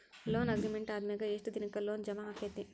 Loan agreement ಆದಮ್ಯಾಗ ಯೆಷ್ಟ್ ದಿನಕ್ಕ ಲೊನ್ ಜಮಾ ಆಕ್ಕೇತಿ?